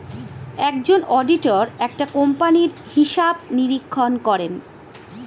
একজন অডিটর একটা কোম্পানির হিসাব নিরীক্ষণ করেন